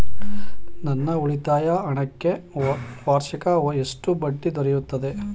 ನನ್ನ ಉಳಿತಾಯ ಹಣಕ್ಕೆ ವಾರ್ಷಿಕ ಎಷ್ಟು ಬಡ್ಡಿ ದೊರೆಯುತ್ತದೆ?